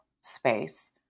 space